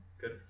Good